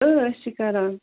أسۍ چھِ کَران